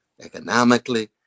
economically